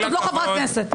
את לא חברת הכנסת.